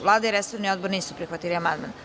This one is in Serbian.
Vlada i resorni odbor nisu prihvatili amandman.